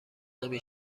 نمی